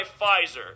Pfizer